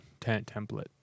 template